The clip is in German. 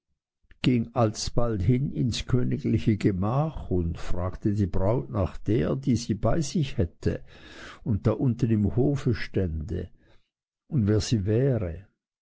ging alsbald hin ins königliche gemach und fragte die braut nach der die sie bei sich hätte und da unten im hofe stände und wer sie wäre